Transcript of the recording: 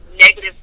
negative